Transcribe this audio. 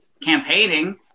campaigning